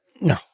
no